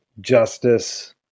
justice